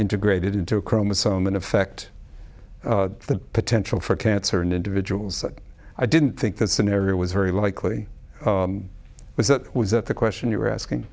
integrated into a chromosome in effect the potential for cancer in individuals that i didn't think that scenario was very likely was that was that the question you're asking